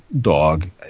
dog